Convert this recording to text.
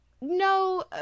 No